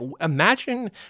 imagine